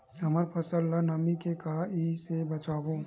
हमर फसल ल नमी से क ई से बचाबो?